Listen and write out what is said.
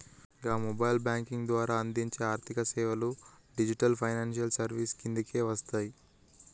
గా mobile banking ద్వారా అందించే ఆర్థికసేవలు డిజిటల్ ఫైనాన్షియల్ సర్వీసెస్ కిందకే వస్తయి